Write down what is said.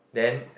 then